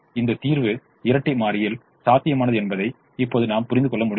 இந்த தீர்வு இரட்டை மாறியில் சாத்தியமானது என்பதை இப்போது நாம் புரிந்துகொள்ள முடிகிறது